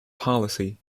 policy